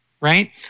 right